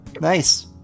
Nice